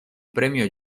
premio